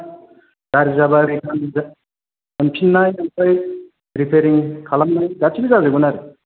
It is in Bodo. गाज्रि जाबा रिटान मोनफिननाय आमफ्राय रिफाइरिं खालामनाय गासिबो जाजोबगोन आरो